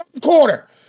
Quarter